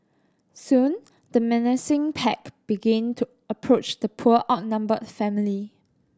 soon the menacing pack began to approach the poor outnumbered family